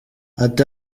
ati